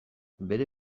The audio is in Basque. bere